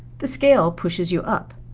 the scale pushes you up.